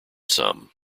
some